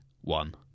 one